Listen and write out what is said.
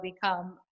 become